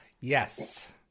Yes